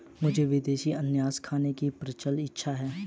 मुझे विदेशी अनन्नास खाने की प्रबल इच्छा है